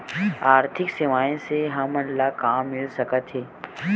आर्थिक सेवाएं से हमन ला का मिल सकत हे?